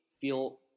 feel